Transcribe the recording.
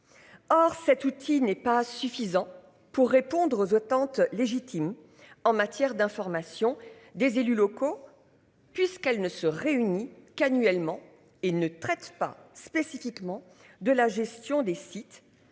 Or cet outil n'est pas suffisant pour répondre aux attentes légitimes en matière d'information des élus locaux. Puisqu'elle ne se réunit qu'annuellement et ne traite pas spécifiquement de la gestion des sites